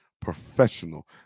professional